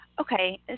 Okay